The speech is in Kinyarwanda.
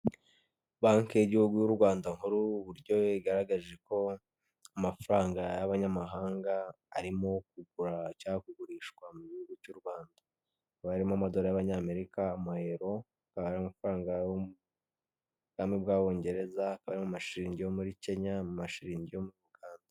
Banki y'igihugu y'u Rwanda nkuru burya yagaragaje ko amafaranga y'abanyamahanga arimo kuguragurishwa mu gihugu cy'u Rwanda. Abamo amadorari y'abanyamerika, amayero, hakaba hari amafaranga yo mu ubwami bw'abongereza hakaba hari mashiringi muri kenya, amashilingi yo muri Uganda.